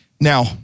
now